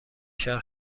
شهر